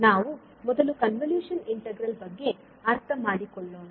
ನಾವು ಮೊದಲು convolution integral ಬಗ್ಗೆ ಅರ್ಥಮಾಡಿಕೊಳ್ಳೋಣ